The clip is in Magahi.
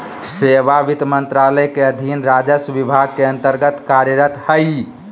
सेवा वित्त मंत्रालय के अधीन राजस्व विभाग के अन्तर्गत्त कार्यरत हइ